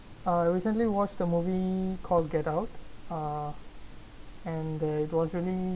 I recently watched a movie called get out uh and that was really